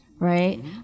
right